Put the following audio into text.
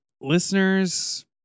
listeners